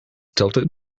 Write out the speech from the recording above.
tilted